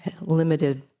limited